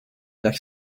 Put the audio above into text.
dag